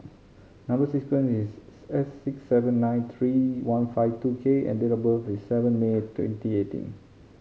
number sequence is S six seven nine three one five two K and date of birth is seven May twenty eighteen